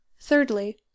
thirdly